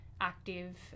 active